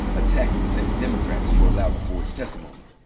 attacking the senate democrats for allowing ford's testimony.